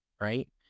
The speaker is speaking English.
right